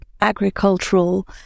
agricultural